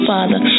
Father